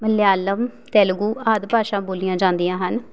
ਮਲਿਆਲਮ ਤੇਲਗੂ ਆਦਿ ਭਾਸ਼ਾ ਬੋਲੀਆਂ ਜਾਂਦੀਆਂ ਹਨ